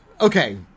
Okay